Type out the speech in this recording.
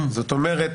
זאת אומרת,